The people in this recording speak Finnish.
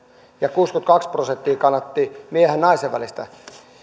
ja kuusikymmentäkaksi prosenttia kannatti miehen ja naisen välistä